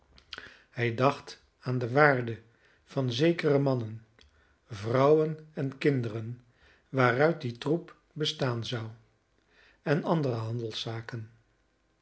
hij dacht aan de waarde van zekere mannen vrouwen en kinderen waaruit die troep bestaan zou en andere